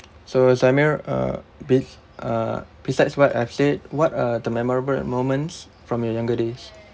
so zamir uh be~ uh besides what I've said what are the memorable moments from your younger days